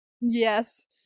Yes